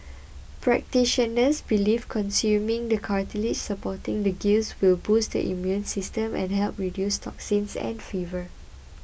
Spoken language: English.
practitioners believe consuming the cartilage supporting the gills will boost the immune system and help reduce toxins and fever